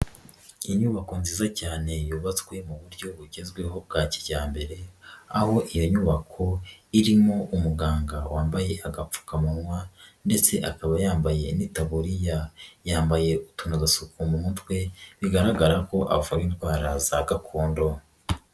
Inyubako nziza cyane yubatswe mu buryo bugezweho bwa kijyambere, aho iyo nyubako irimo umuganga wambaye agapfukamunwa ndetse akaba yambaye n'itaburiya. yambaye utunozasuku mu mutwe, bigaragara ko avura indwara za gakondo.